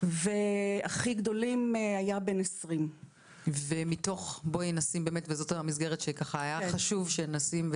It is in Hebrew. והכי גדול היה בן 20. זאת מסגרת שהיה חשוב שנשים,